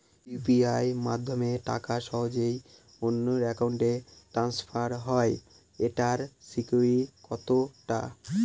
UPI মাধ্যমে টাকা সহজেই অন্যের অ্যাকাউন্ট ই ট্রান্সফার হয় এইটার সিকিউর কত টা?